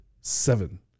seven